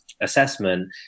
assessment